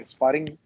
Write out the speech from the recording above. Sparring